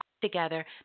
together